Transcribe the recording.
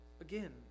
Again